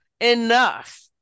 enough